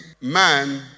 man